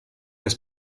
das